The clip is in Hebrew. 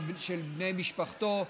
ושל משפחתו,